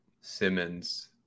Simmons